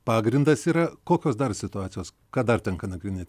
pagrindas yra kokios dar situacijos ką dar tenka nagrinėti